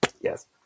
Yes